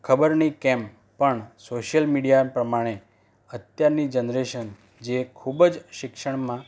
ખબર નહીં કેમ પણ સોશિયલ મીડિયા પ્રમાણે અત્યારની જનરેશન જે ખૂબ જ શિક્ષણમાં